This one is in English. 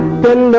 been